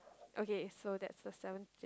okay so that's the seventh